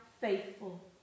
faithful